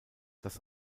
das